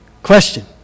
Question